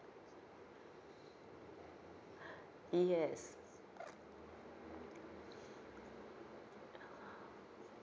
yes